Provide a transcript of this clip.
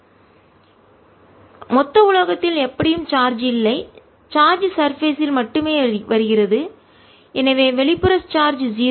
எனவே மொத்த உலோகத்தில் எப்படியும் சார்ஜ் ம் இல்லை சார்ஜ் சர்பேஸ் யில் மேற்பரப்பில் மட்டுமே வருகிறது எனவே வெளிப்புற சார்ஜ் 0